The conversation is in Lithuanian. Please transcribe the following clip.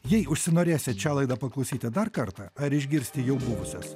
jei užsinorėsit šią laidą paklausyti dar kartą ar išgirsti jau buvusias